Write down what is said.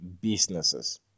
businesses